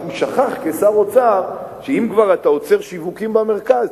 רק הוא שכח כשר אוצר שאם כבר אתה עוצר שיווקים במרכז,